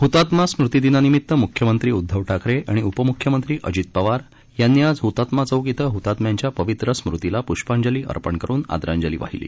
हतात्मा स्मृती दिनानिमित मुख्यमंत्री उध्दव ठाकरे आणि उपमुख्यमंत्री अजित पवार यांनी आज हतात्मा चौक इथं हतात्म्यांच्या पवित्र स्मृतीला प्ष्पांजली अर्पण करून आदरांजली वाहिली